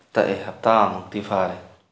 ꯇꯛꯑꯦ ꯍꯞꯇꯥꯃꯨꯛꯇꯤ ꯐꯥꯔꯦ